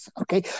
okay